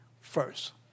first